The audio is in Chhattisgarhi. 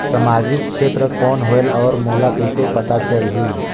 समाजिक क्षेत्र कौन होएल? और मोला कइसे पता चलही?